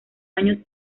años